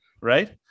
right